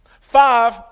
five